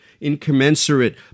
incommensurate